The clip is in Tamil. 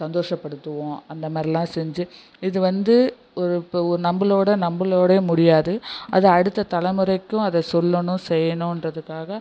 சந்தோஷப்படுத்துவோம் அந்த மாதிரி எல்லாம் செஞ்சு இது வந்து ஒரு ஒரு நம்பளோடய நம்பளோடையே முடியாது அது அடுத்த தலைமுறைக்கும் அதை சொல்லணும் செய்யணுன்றதுக்காக